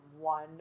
one